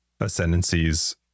ascendancies